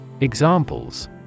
Examples